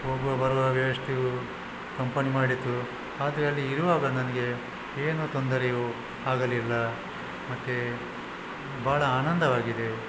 ಹೋಗುವ ಬರುವ ವ್ಯವಸ್ಥೆಯು ಕಂಪನಿ ಮಾಡಿತು ಆದರೆ ಅಲ್ಲಿ ಇರುವಾಗ ನನಗೆ ಏನೂ ತೊಂದರೆಯೂ ಆಗಲಿಲ್ಲ ಮತ್ತು ಬಹಳ ಆನಂದವಾಗಿದೆ